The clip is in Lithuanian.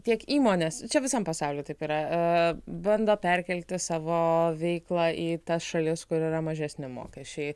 tiek įmonės čia visam pasauly taip yra bando perkelti savo veiklą į tas šalis kur yra mažesni mokesčiai